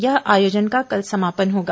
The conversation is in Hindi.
इस आयोजन का कल समापन होगा